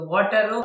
Water